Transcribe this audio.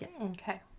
okay